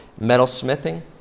metalsmithing